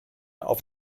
auf